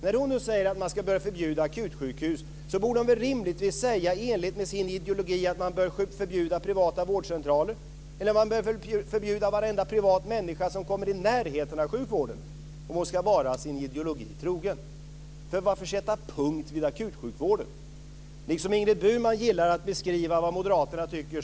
När hon nu säger att man bör förbjuda akutsjukhus borde hon, i enlighet med sin ideologi, rimligtvis säga att man bör förbjuda privata vårdcentraler eller att man bör förbjuda varenda privat människa som kommer i närheten av sjukvården. Då skulle hon vara sin ideologi trogen. Varför sätta punkt vid akutsjukvården? Ingrid Burman gillar att beskriva vad moderaterna tycker.